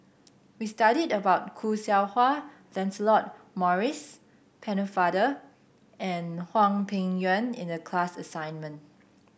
we studied about Khoo Seow Hwa Lancelot Maurice Pennefather and Hwang Peng Yuan in the class assignment